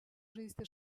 žaisti